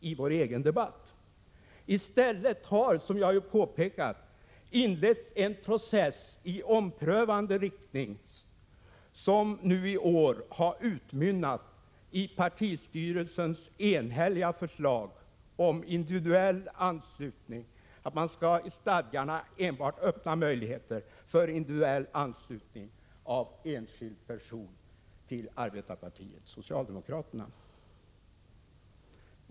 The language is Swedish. I stället har, som jag ju påpekat, inletts en process i omprövande riktning, som nu i år har utmynnat i partistyrelsens enhälliga förslag om individuell anslutning, att man skall i stadgarna enbart öppna möjligheter för individuell anslutning av enskild person till arbetarpartiet socialdemokraterna.